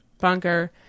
bunker